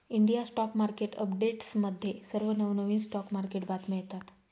India stock market अपडेट्समध्ये सर्व नवनवीन स्टॉक मार्केट बातम्या येतात